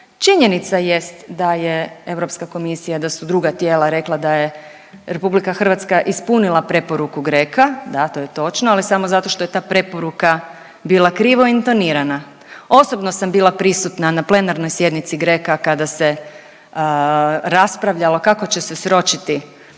činjenica jest da je Europska komisija i da su druga tijela rekla da je RH ispunila preporuku GRECO-a, da to je točno, ali samo zato što je ta preporuka bila krivo intonirana. Osobno sam bila prisutna na plenarnoj sjednici GRECO-a kada se raspravljalo kako će se sročiti ta, ta